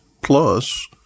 Plus